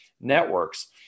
networks